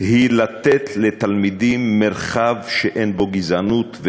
היא לתת לתלמידים מרחב שאין בו גזענות,